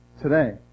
Today